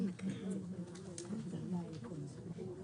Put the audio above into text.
תנו לנו את ההבהרות לגבי סעיף 64 שנצביע עליו.